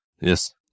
Yes